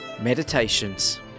Meditations